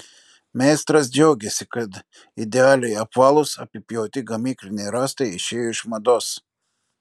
meistras džiaugiasi kad idealiai apvalūs apipjauti gamykliniai rąstai išėjo iš mados